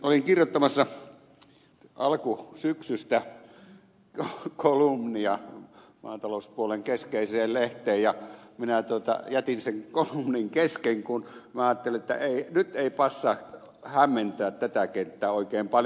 olin kirjoittamassa alkusyksystä kolumnia maatalouspuolen keskeiseen lehteen ja minä jätin sen kolumnin kesken kun minä ajattelin että nyt ei passaa hämmentää tätä kenttää oikein paljon